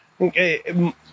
Okay